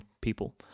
people